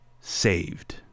Saved